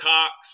Cox